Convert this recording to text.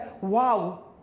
wow